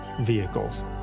vehicles